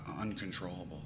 uncontrollable